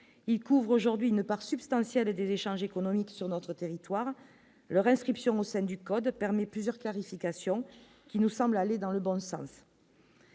il couvre aujourd'hui une part substantielle des échanges économiques sur notre territoire, le rescrit Psion 5 du code permet plusieurs clarification qui nous semble aller dans le bon sens.